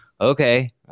okay